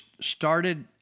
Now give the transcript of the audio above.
started